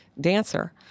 dancer